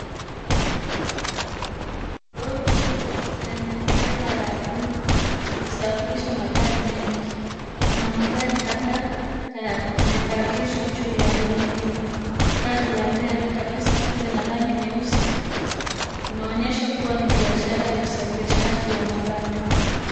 Lori kubwa lenye trela ya buluu likisafirisha magari mengi. Kuna magari kadhaa yamepakishwa juu ya lori hilo. Gari la mbele kabisa lina rangi nyeusi , inaonyesha kuwa ni biashara ya usafirishaji wa magari.